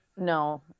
no